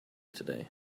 today